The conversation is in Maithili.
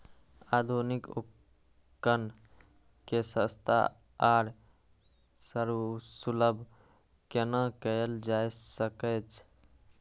आधुनिक उपकण के सस्ता आर सर्वसुलभ केना कैयल जाए सकेछ?